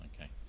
Okay